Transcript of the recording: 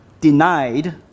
denied